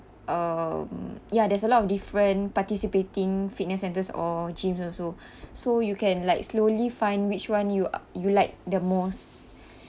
um ya there's a lot of different participating fitness centers or gyms also so you can like slowly find which one you uh you like the most